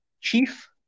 Chief